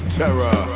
terror